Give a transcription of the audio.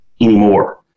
anymore